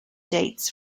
dates